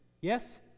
Yes